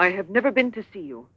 i have never been to see you